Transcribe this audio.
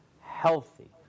healthy